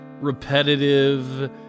repetitive